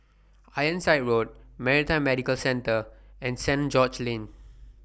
Ironside Road Maritime Medical Centre and St George's Lane